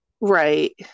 Right